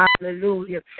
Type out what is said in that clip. Hallelujah